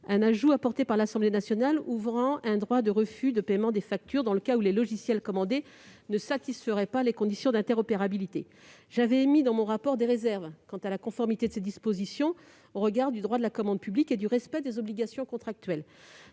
un ajout de l'Assemblée nationale ouvrant un droit de refus de paiement des factures dans le cas où les logiciels commandés ne satisferaient pas aux conditions d'interopérabilité. J'avais émis des réserves, dans mon rapport, quant à la conformité de ces dispositions au regard du droit de la commande publique et du respect des obligations contractuelles.